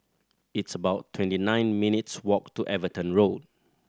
it's about twenty nine minutes' walk to Everton Road